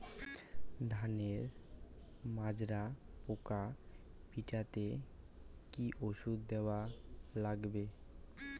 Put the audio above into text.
ধানের মাজরা পোকা পিটাইতে কি ওষুধ দেওয়া লাগবে?